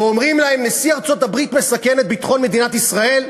ואומרים להם: נשיא ארצות-הברית מסכן את ביטחון מדינת ישראל?